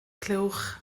clywch